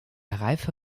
reife